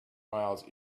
miles